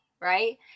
right